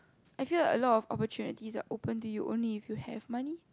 I feel that a lot of opportunities are open to you only if you have money